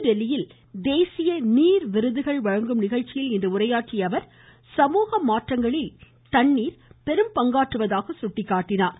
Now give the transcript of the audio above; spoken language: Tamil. புதுதில்லியில் தேசிய நீர் விருதுகள் வழங்கும் நிகழ்ச்சியில் இன்று உரையாற்றிய அவர் சமூக மாற்றத்தில் தண்ணீர் பெரும் பங்காற்றுவதாக சுட்டிக்காட்டினார்